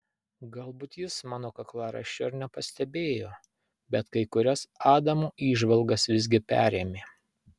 galbūt jis mano kaklaraiščio ir nepastebėjo bet kai kurias adamo įžvalgas visgi perėmė